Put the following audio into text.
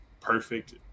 perfect